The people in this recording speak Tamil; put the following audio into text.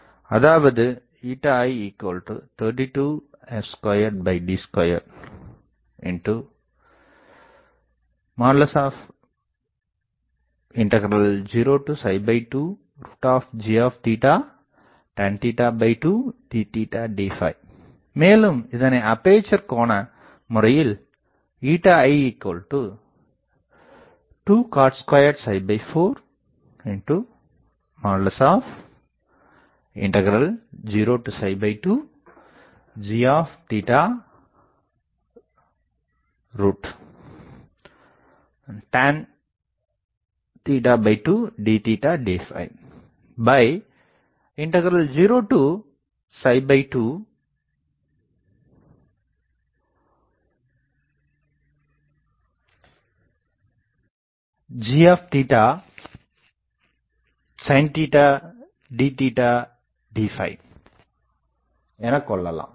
அதாவது i 32 f2 d202g12 tan 2 d d202g sin d d மேலும் இதனை அப்பேசர் கோண முறையில் i2 cot24 02g12 tan 2 d d202g sin d d எனக்கொள்ளலாம்